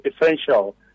essential